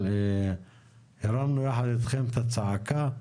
אבל הרמנו יחד אתכם את הצעקה.